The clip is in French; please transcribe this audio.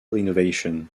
innovation